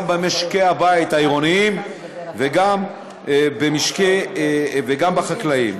גם במשקי הבית העירוניים וגם במשקים החקלאיים.